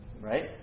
Right